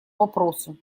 вопросу